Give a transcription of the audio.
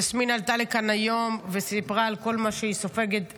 יסמין עלתה לכאן היום וסיפרה על כל מה שהיא סופגת ברשת,